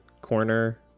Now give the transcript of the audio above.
corner